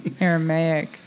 Aramaic